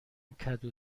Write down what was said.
کدو